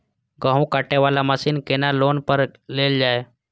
गेहूँ काटे वाला मशीन केना लोन पर लेल जाय?